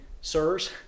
Sirs